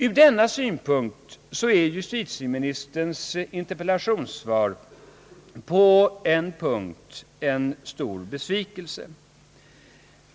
Ur denna synpunkt är justitieministerns interpellationssvar i ett avseende en stor besvikelse.